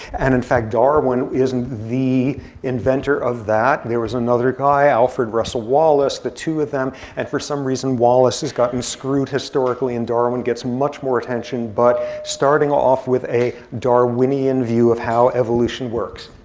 and in fact, darwin is the inventor of that. there was another guy, alfred russel wallace, the two of them. and, for some reason, wallace has gotten screwed historically and darwin gets much more attention. but starting off with a darwinian view of how evolution works.